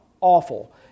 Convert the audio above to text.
awful